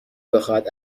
بخواهد